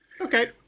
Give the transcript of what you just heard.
Okay